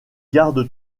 garde